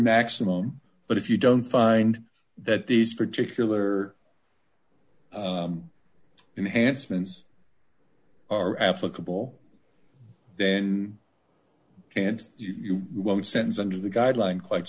maximum but if you don't find that these particular enhanced means are applicable then and you won't sentence under the guideline quite